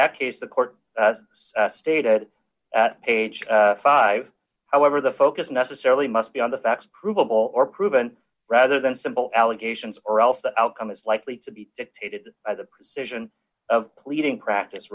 that case the court stated at page five however the focus necessarily must be on the facts provable or proven rather than simple allegations or else the outcome is likely to be dictated by the precision of pleading practice